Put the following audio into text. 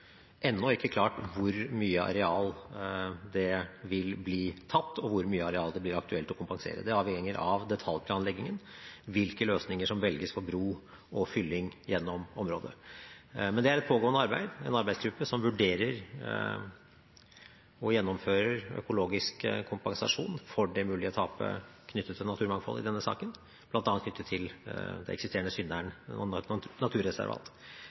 blir aktuelt å kompensere. Det avhenger av detaljplanleggingen – hvilke løsninger som velges for bro og fylling gjennom området. Men det er et pågående arbeid, med en arbeidsgruppe som vurderer og gjennomfører økologisk kompensasjon for det mulige tapet knyttet til naturmangfold i denne saken, bl.a. knyttet til den eksisterende synderen